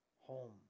home